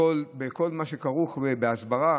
בכל מה שכרוך בהסברה